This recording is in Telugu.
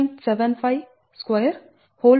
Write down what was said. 07m